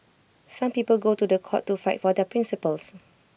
some people go to The Court to fight for their principles